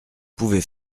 pouvez